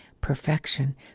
perfection